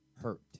hurt